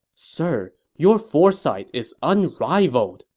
sir, your foresight is unrivaled!